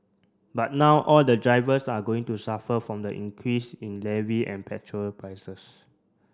but now all the drivers are going to suffer from the increase in levy and petrol prices